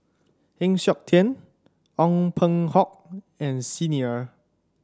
Heng Siok Tian Ong Peng Hock and Xi Ni Er